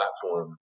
platform